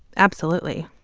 absolutely